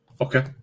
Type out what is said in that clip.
Okay